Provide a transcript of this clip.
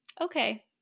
okay